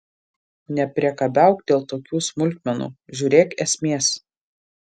nepriekabiauk dėl tokių smulkmenų žiūrėk esmės